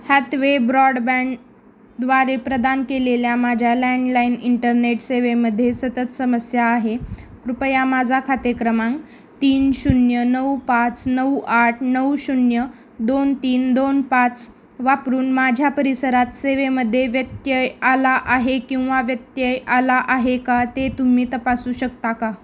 Hathway ब्रॉडबँडद्वारे प्रदान केलेल्या माझ्या लँडलाइन इंटरनेट सेवेमध्ये सतत समस्या आहे कृपया माझा खाते क्रमांक तीन शून्य नऊ पाच नऊ आठ नऊ शून्य दोन तीन दोन पाच वापरून माझ्या परिसरात सेवेमध्ये व्यत्यय आला आहे किंवा व्यत्यय आला आहे का ते तुम्ही तपासू शकता का